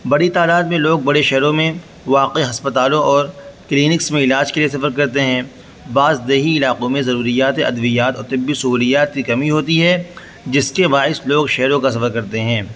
بری تعداد میں لوگ بڑے شہروں میں واقع ہسپتالوں اور کلینکس میں علاج کے لیے سفر کرتے ہیں بعض دیہی علاقوں میں ضروریات ادویات اور طبی سہولیات کی کمی ہوتی ہے جس کے باعث لوگ شہروں کا سفر کرتے ہیں